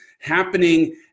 happening